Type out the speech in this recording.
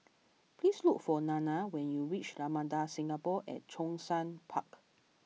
please look for Nana when you reach Ramada Singapore at Zhongshan Park